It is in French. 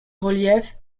reliefs